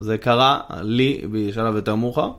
זה קרה לי בשלב יותר מאוחר.